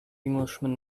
englishman